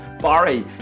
Barry